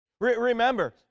Remember